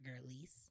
girlies